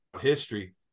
history